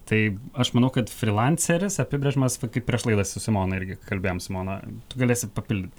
tai aš manau kad frylanceris apibrėžiamas va kaip prieš laidą su simona ir kalbėjom simona tu galėsi papildyt